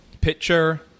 picture